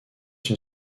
une